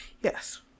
yes